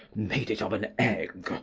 made it of an egg,